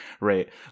right